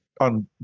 on